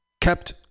kept